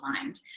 aligned